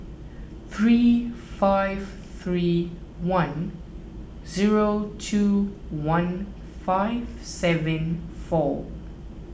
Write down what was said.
three five three one zero two one five seven four